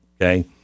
Okay